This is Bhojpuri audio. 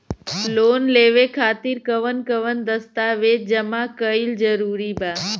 लोन लेवे खातिर कवन कवन दस्तावेज जमा कइल जरूरी बा?